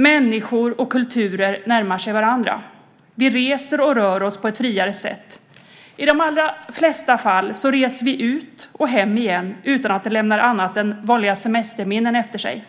Människor och kulturer närmar sig varandra. Vi reser och rör oss på ett friare sätt. I de allra flesta fall reser vi ut och hem igen utan att det lämnar annat än vanliga semesterminnen efter sig.